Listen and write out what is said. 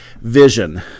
vision